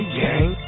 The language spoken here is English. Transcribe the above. gang